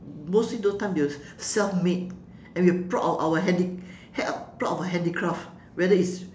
mostly those time you will self make and we are proud of our handi~ h~ proud of our handicraft whether it's